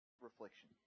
reflection